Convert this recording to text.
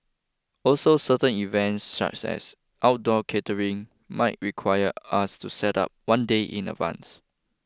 also certain events such as outdoor catering might require us to set up one day in advance